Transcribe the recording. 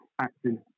acting